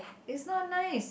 is not nice